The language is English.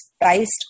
based